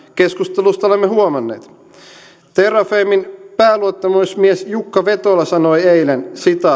keskustelusta olemme huomanneet terrafamen pääluottamusmies jukka vetola sanoi eilen